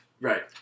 Right